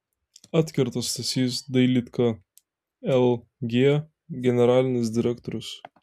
atkerta stasys dailydka lg generalinis direktorius